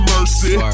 Mercy